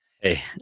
Hey